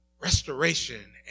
restoration